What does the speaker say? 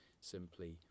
simply